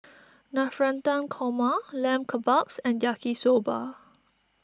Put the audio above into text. Navratan Korma Lamb Kebabs and Yaki Soba